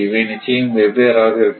இவை நிச்சயம் வெவ்வேறாக இருக்கும்